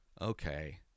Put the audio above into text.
Okay